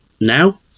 now